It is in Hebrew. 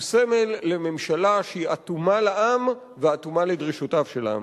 הוא סמל לממשלה שהיא אטומה לעם ואטומה לדרישותיו של העם.